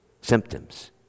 symptoms